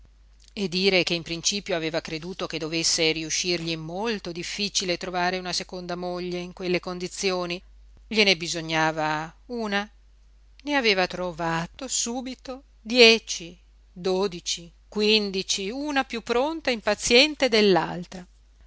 e dire che in principio aveva creduto che dovesse riuscirgli molto difficile trovare una seconda moglie in quelle sue condizioni gliene bisognava una ne aveva trovate subito dieci dodici quindici una piú pronta e impaziente